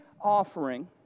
offering